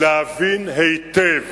להבין היטב